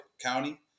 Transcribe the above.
County